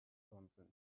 thompson